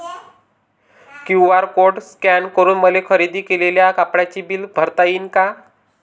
QR code scan करून मले खरेदी केलेल्या कापडाचे बिल भरता यीन का?